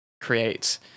create